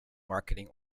marketing